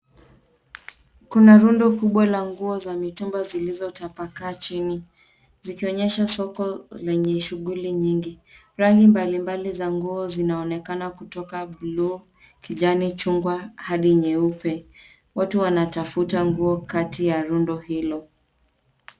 Kuna rundo kubwa la nguo za mitumba zilizotapakaa chini zikionyesha soko lenye shughuli nyingi. Rangi mbalimbali za nguo zinaonekana kutoka bluu, kijani, chungwa hata nyeupe. Watu wantafuta nguo kati ya rundo hilo.